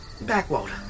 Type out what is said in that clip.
Backwater